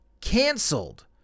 canceled